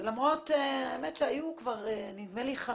למרות שהיו, נדמה לי, יותר